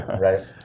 Right